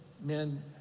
men